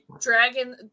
dragon